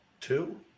Two